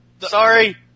Sorry